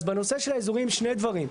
אז בנושא של האזורים שני דברים: